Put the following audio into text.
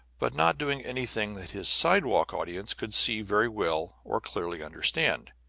but not doing anything that his sidewalk audience could see very well or clearly understand.